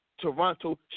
Toronto